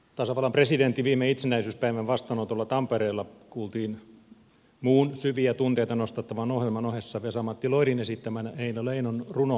tasavallan presidentin viime itsenäisyyspäivän vastaanotolla tampereella kuultiin muun syviä tunteita nostattavan ohjelman ohessa vesa matti loirin esittämänä eino leinon runo lapin kesä